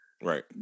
Right